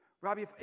Robbie